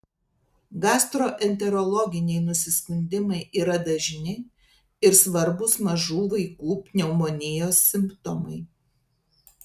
gastroenterologiniai nusiskundimai yra dažni ir svarbūs mažų vaikų pneumonijos simptomai